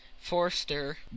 Forster